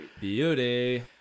Beauty